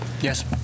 Yes